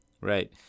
Right